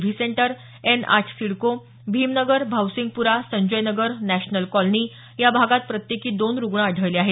V centre N आठ CIDCO Bhimnagar Bhavsingpura Sanjay Nagar national colony या भागात प्रत्येकी दोन रुग्ण आढळले आहेत